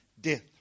death